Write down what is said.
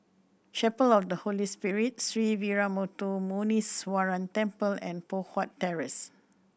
Chapel of the Holy Spirit Sree Veeramuthu Muneeswaran Temple and Poh Huat Terrace